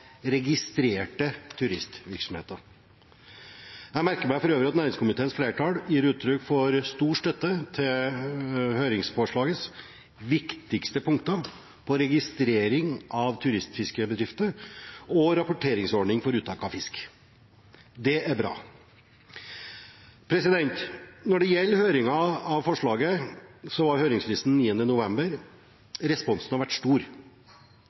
registrerte turistfiskevirksomheter. Jeg merker meg for øvrig at næringskomiteens flertall gir uttrykk for stor støtte til høringsforslagets viktigste punkter når det gjelder registrering av turistfiskebedrifter og rapporteringsordning for uttak av fisk. Det er bra. Når det gjelder høringen av forslaget, var høringsfristen 9. november. Responsen har vært stor.